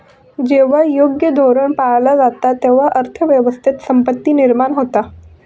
जेव्हा योग्य धोरण पाळला जाता, तेव्हा अर्थ व्यवस्थेत संपत्ती निर्माण होता